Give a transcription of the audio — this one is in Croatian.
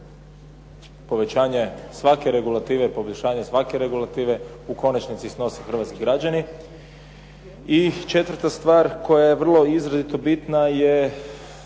Povećanje svake regulative i poboljšanje svake regulative u konačnici snose hrvatski građani. I četvrta stvar koja je vrlo izrazito bitna je